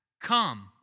come